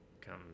come